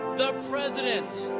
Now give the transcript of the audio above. the president,